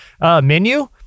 menu